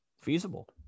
feasible